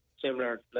similar